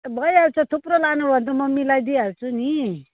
भइहाल्छ थुप्रो लानु भयो भने त म मिलाई दिइहाल्छु नि